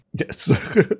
Yes